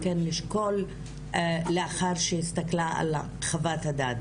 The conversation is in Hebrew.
לשקול לאחר שהיא הסתכלה על חוות הדעת,